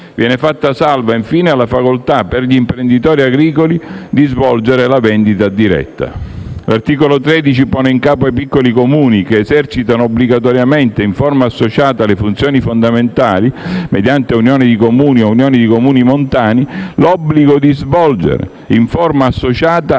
Viene fatta salva, infine, la facoltà per gli imprenditori agricoli di svolgere la vendita diretta. L'articolo 13 pone in capo ai piccoli Comuni, che esercitano obbligatoriamente in forma associata le funzioni fondamentali, mediante unioni di comuni o unioni di comuni montani, l'obbligo di svolgere in forma associata